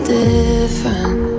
different